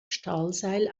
stahlseil